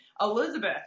Elizabeth